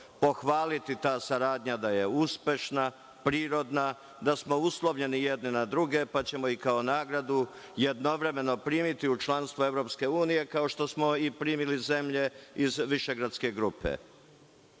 pohvaliti ta saradnja da je uspešna, prirodna, da smo uslovljeni jedni na druge, pa ćemo i kao nagradu jednovremeno primiti u članstvo EU, kao što smo i primili zemlje iz Višegradske